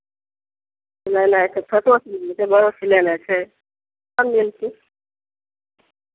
सिलेनाइ छै छोटो सिलेनाइ छै बड़ो सिलेनाइ छै सभ मेलके